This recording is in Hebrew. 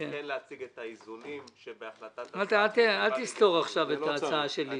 כן להציג את האיזונים שבהחלטת --- אל תסתור עכשיו את ההצעה שלי.